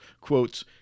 quotes